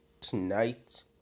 tonight